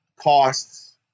costs